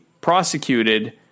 prosecuted